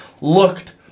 looked